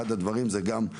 אחד הדברים זה גם,